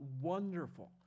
wonderful